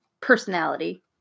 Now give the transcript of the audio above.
personality